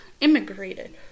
immigrated